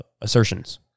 assertions